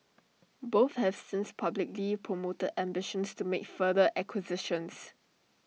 both have since publicly promoted ambitions to make further acquisitions